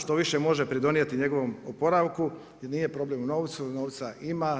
Štoviše, može pridonijeti njegovom opravku i nije problemu u novcu, novca ima.